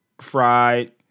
fried